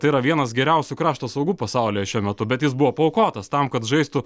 tai yra vienas geriausių krašto saugų pasaulyje šiuo metu bet jis buvo paaukotas tam kad žaistų